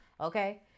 okay